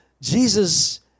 Jesus